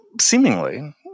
seemingly